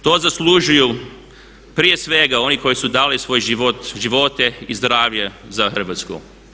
To zaslužuju prije svega oni koji su dali svoj život, živote i zdravlje za Hrvatsku.